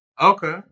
Okay